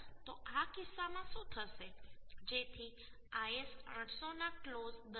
તો આ કિસ્સામાં શું થશે જેથી IS 800 ના ક્લોઝ 10